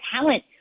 talent